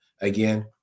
again